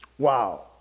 Wow